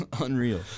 Unreal